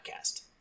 podcast